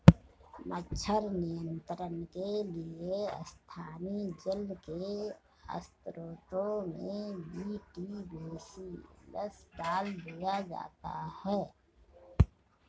मच्छर नियंत्रण के लिए स्थानीय जल के स्त्रोतों में बी.टी बेसिलस डाल दिया जाता है